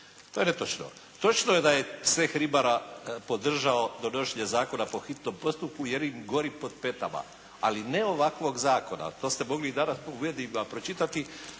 To je netočno. Točno je da je Ceh ribara podržao donošenje zakona po hitnom postupku jer im gori pod petama, ali ne ovakvog zakona. To ste mogli i danas u medijima pročitati